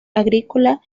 agrícola